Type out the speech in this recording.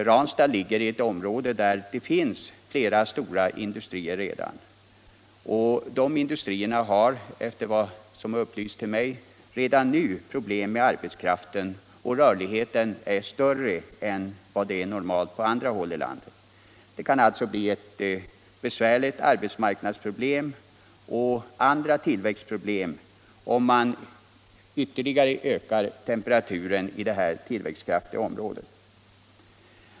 Ranstad ligger i ett område där det redan finns flera stora industrier. De industrierna har — efter vad som upplysts mig — redan nu problem med arbetskraften, och rörligheten är större än vad som är normalt på andra håll i landet. Det kan alltså bli ett besvärligt arbetsmarknadsproblem och andra tillväxtproblem om man ytterligare ökar temperaturen i det här tillväxtkraftiga området.